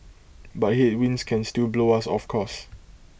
but headwinds can still blow us of course